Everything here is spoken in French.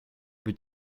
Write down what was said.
buts